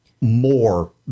more